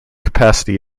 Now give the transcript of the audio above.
capacity